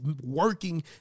working